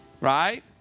right